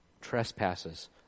trespasses